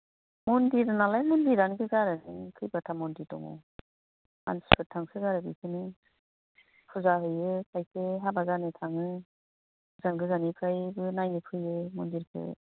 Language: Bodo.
मन्दिर नालाय मन्दिरानो गोजा आरो नों खैबाता मन्दिर दङ मानसिफोर थांसो गारो बिदिनो फुजा हैयो खायसे हाबा जानो थाङो गोजान गोजाननिफ्रायबो नायनो फैयो मन्दिरखो